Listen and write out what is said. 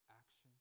action